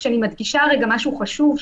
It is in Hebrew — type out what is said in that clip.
כשאני מדגישה משהו חשוב,